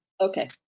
Okay